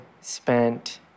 spent